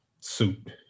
Suit